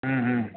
હા હા